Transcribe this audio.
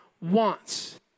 wants